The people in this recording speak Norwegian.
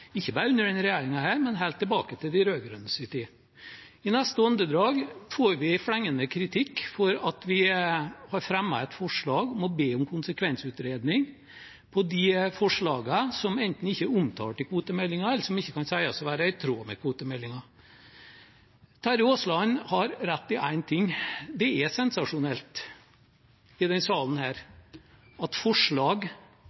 ikke bare under denne regjeringen, men helt tilbake til de rød-grønnes tid. I neste åndedrag får vi flengende kritikk for at vi har fremmet et forslag om å be om konsekvensutredning av de forslagene som enten ikke er omtalt i kvotemeldingen, eller som ikke kan sies å være i tråd med kvotemeldingen. Terje Aasland har rett i én ting: Det er sensasjonelt i denne salen